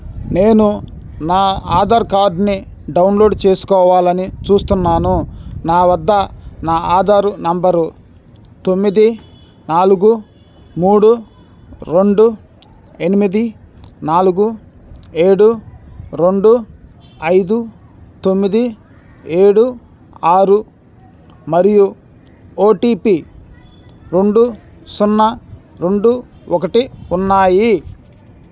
నేను నా ఆధార్కార్డ్ని డౌన్లోడ్ చేసుకోవాలని చూస్తున్నాను నా వద్ద నా ఆధారు నంబరు తొమ్మిది నాలుగు మూడు రెండు ఎనిమిది నాలుగు ఏడు రెండు ఐదు తొమ్మిది ఏడు ఆరు మరియు ఓటిపి రెండు సున్నా రెండు ఒకటి ఉన్నాయి